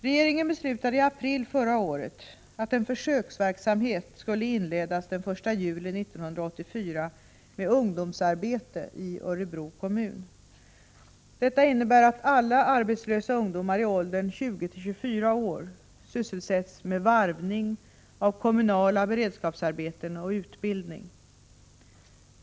Regeringen beslutade i april förra året att en försöksverksamhet skulle inledas den 1 juli 1984 med ungdomsarbete i Örebro kommun. Detta innebär att alla arbetslösa ungdomar i åldern 20-24 år sysselsätts med varvning av kommunala beredskapsarbeten och utbildning.